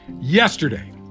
Yesterday